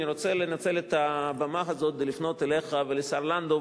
אני רוצה לנצל את הבמה הזאת ולפנות אליך ולשר לנדאו,